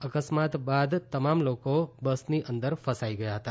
અકસ્માત બાદ તમામ લોકો બસની અંદર ફસાઈ ગયા હતા